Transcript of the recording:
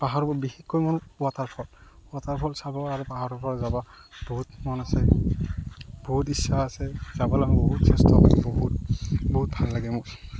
পাহাৰৰ ওপৰত বিশেষকৈ মোৰ ৱাটাৰফল ৱাটাৰফল চাব আৰু পাহৰৰপৰা যাব বহুত মন আছে বহুত ইচ্ছা আছে যাবলৈ বহুত চেষ্টা কৰিছোঁ বহুত বহুত ভাল লাগে মোক